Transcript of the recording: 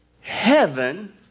Heaven